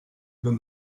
than